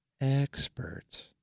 experts